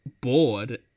bored